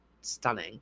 stunning